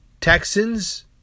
Texans